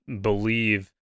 believe